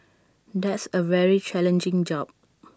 that's A very challenging job